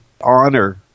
honor